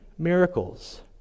miracles